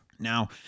Now